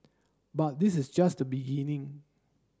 but this is just the beginning